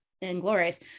Inglorious